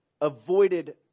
avoided